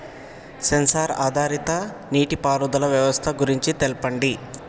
Censor ఆధారిత నీటిపారుదల వ్యవస్థ గురించి తెల్పండి?